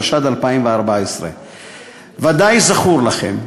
התשע"ד 2014. ודאי זכור לכם,